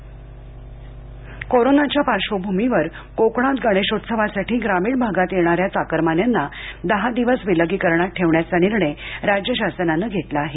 विलगीकरण कोरोनाच्या पार्श्वभूमीवर गणेशोत्सवासाठी ग्रामीण भागात येणाऱ्या चाकरमान्यांना दहा दिवस विलगीकरणात ठेवण्याचा निर्णय राज्य शासनानं घेतला आहे